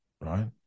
right